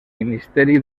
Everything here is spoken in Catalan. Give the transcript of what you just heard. ministeri